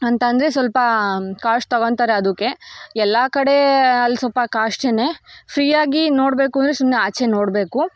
ಅಂತಂದರೆ ಸ್ವಲ್ಪ ಕಾಸ್ಟ್ ತೊಗೊತಾರೆ ಅದಕ್ಕೆ ಎಲ್ಲ ಕಡೆ ಅಲ್ಲಿ ಸ್ವಲ್ಪ ಕಾಸ್ಟ್ಲಿನೇ ಫ್ರೀಯಾಗಿ ನೋಡಬೇಕು ಅಂದರೆ ಸುಮ್ಮನೆ ಆಚೆ ನೋಡಬೇಕು